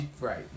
Right